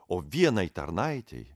o vienai tarnaitei